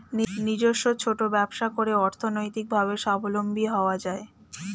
নিজস্ব ছোট ব্যবসা করে অর্থনৈতিকভাবে স্বাবলম্বী হওয়া যায়